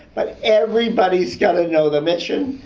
but everybody's gotta know the mission,